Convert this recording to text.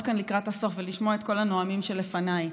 כאן לקראת הסוף ולשמוע את כל הנואמים שלפניי,